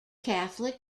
catholic